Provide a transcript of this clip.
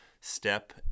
step